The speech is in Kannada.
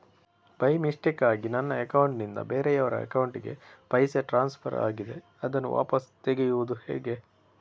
ಬೈ ಮಿಸ್ಟೇಕಾಗಿ ನನ್ನ ಅಕೌಂಟ್ ನಿಂದ ಬೇರೆಯವರ ಅಕೌಂಟ್ ಗೆ ಪೈಸೆ ಟ್ರಾನ್ಸ್ಫರ್ ಆಗಿದೆ ಅದನ್ನು ವಾಪಸ್ ತೆಗೆಯೂದು ಹೇಗೆ?